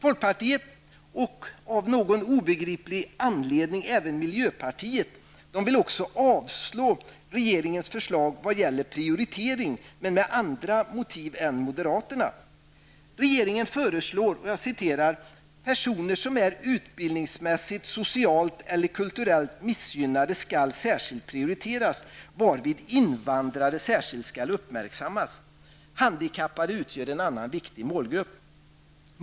Folkpartiet och av någon obegriplig anledning även miljöpartiet vill att riksdagen avslår regeringens förslag vad gäller prioritering men med andra motiv än moderaterna. Regeringen föresår: ''Personer som är utbildningsmässigt, socialt eller kulturellt missgynnade skall särskilt prioriteras varvid invandrare särskilt skall uppmärksammas. Handikappade utgör en annan viktig målgrupp.''